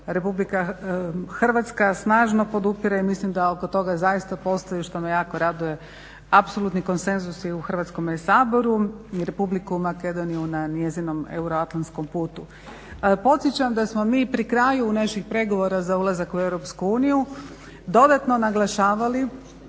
Republika Hrvatska snažno podupire i mislim da oko toga zaista postoji, što me jako raduje apsolutni konsenzus i u Hrvatskome saboru i Republiku Makedoniju na njezinom euroatlantskom putu. Podsjećam da smo mi pri kraju naših pregovora za ulazak u Europsku uniju dodatno naglašavali